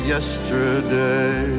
Yesterday